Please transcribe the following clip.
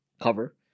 cover